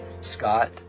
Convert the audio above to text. Scott